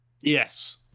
Yes